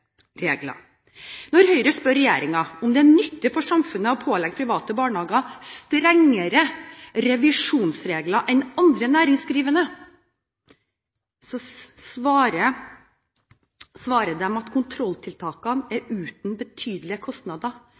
Når Høyre spør regjeringen om det er nyttig for samfunnet å pålegge private barnehager strengere revisjonsregler enn andre næringsdrivende, svarer de at kontrolltiltakene er uten betydelige kostnader.